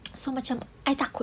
so macam I takut